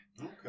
okay